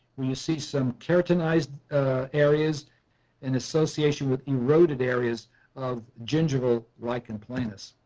you see some hyperkeratinized areas in association with eroded areas of general lichen planus.